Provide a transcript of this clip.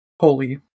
holy